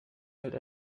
halt